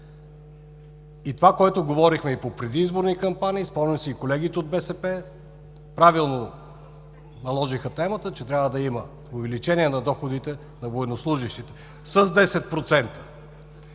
И това, което говорихме по предизборни кампании, спомням си и колегите от БСП правилно наложиха темата, е, че трябва да има увеличение на доходите на военнослужещите с 10%.